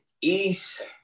East